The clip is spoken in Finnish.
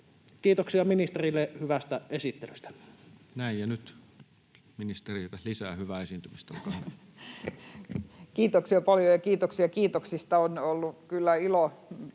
Kiitoksia ministerille hyvästä esittelystä. Näin. — Ja nyt ministerille lisää hyvää esiintymistä, olkaa hyvä. Kiitoksia paljon, ja kiitoksia kiitoksista. On ollut kyllä ilo